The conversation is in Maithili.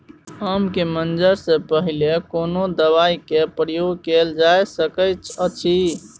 आम के मंजर से पहिले कोनो दवाई के प्रयोग कैल जा सकय अछि?